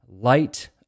Light